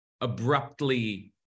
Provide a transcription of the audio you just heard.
abruptly